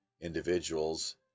individuals